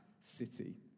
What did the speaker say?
city